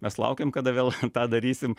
mes laukiam kada vėl tą darysim